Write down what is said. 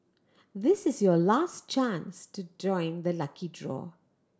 this is your last chance to join the lucky draw